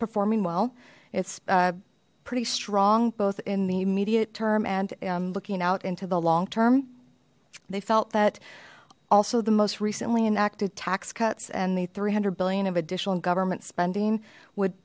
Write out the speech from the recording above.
performing well it's pretty strong both in the immediate term and in looking out into the long term they felt that also the most recently enacted tax cuts and the three hundred billion of additional government spending would